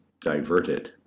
diverted